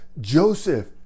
joseph